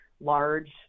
large